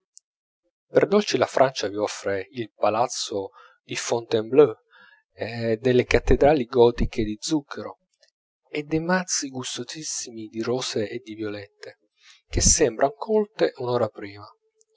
dolci la francia vi offre il palazzo di fontainebleau e delle cattedrali gotiche di zucchero e dei mazzi gustosissimi di rose e di violette che sembran colte un'ora prima